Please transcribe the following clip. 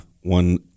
one